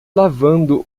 lavando